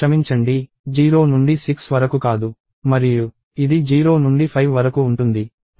క్షమించండి 0 నుండి 6 వరకు కాదు మరియు ఇది 0 నుండి 5 వరకు ఉంటుంది